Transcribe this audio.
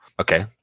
Okay